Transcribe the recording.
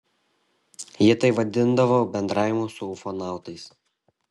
ji tai vadindavo bendravimu su ufonautais